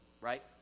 right